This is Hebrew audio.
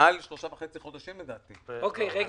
מעל 3.5 חודשים, לטעמי.